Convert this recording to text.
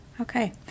Okay